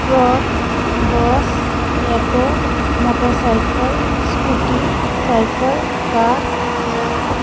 truck bus auto motorcycle scooty cycle car